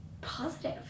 positive